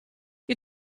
you